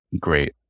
great